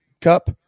cup